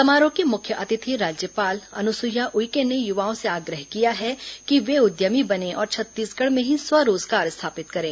समारोह की मुख्य अतिथि राज्यपाल अनुसुईया उइके ने युवाओं से आग्रह किया है कि वे उद्यमी बनें और छ त्त ी सगढ़ में ही स्व रोजगार स्थापित करें